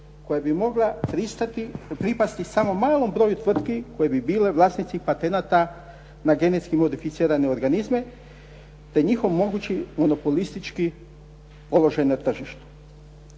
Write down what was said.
koja bi mogla pripasti samo malom broju tvrtki koje bi bile vlasnici patenata na genetski modificirane organizme, te njihov mogući monopolistički položaj na tržištu.